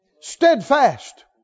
steadfast